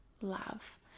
love